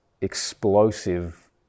explosive